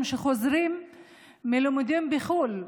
וסטודנטים שחוזרים מלימודים בחו"ל,